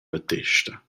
battesta